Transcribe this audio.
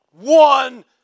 one